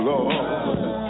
Lord